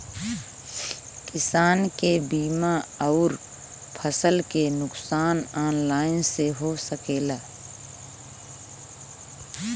किसान के बीमा अउर फसल के नुकसान ऑनलाइन से हो सकेला?